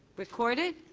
recorded.